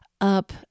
up